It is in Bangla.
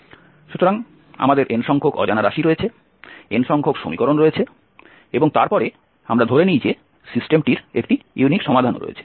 সুতরাং আমাদের n সংখ্যক অজানা রাশি রয়েছে n সংখ্যক সমীকরণ রয়েছে এবং তারপরে আমরা ধরে নিই যে সিস্টেমটির একটি ইউনিক সমাধান রয়েছে